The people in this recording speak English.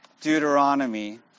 Deuteronomy